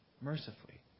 mercifully